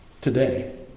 today